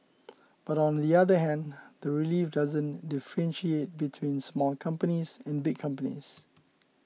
but on the other hand the relief doesn't differentiate between small companies and big companies